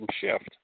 shift